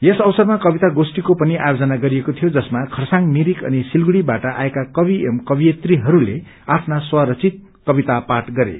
यस अवसरमा कविता गोष्ठीको पनि आयोजन गरिएको थियो जसमा खरसाङ मिरिक अनि सिलगढ़ीबाट आएका कवि एवं कवियत्रीहरूले आफ्ना स्वरचित कविता पाठ गरे